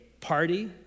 party